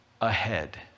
ahead